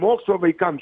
mokslą vaikams